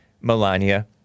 Melania